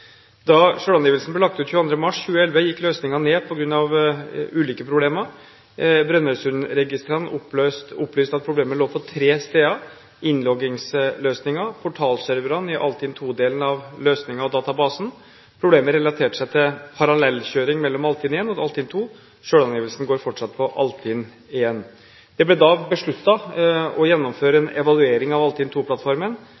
Da selvangivelsen ble lagt ut den 22. mars 2011, gikk løsningen ned på grunn av ulike problemer. Brønnøysundregistrene opplyste at problemet lå på tre steder: innloggingsløsningen, portalserverne i Altinn II-delen av løsningen og databasen. Problemet relaterte seg til parallellkjøring mellom Altinn I og Altinn II. Selvangivelsen går fortsatt på Altinn I. Det ble besluttet å gjennomføre